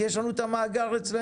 כי יש לנו את המאגר אצלנו.